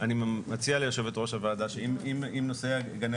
אני מציע ליושבת-ראש הוועדה שאם נושא גני